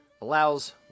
allows